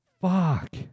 Fuck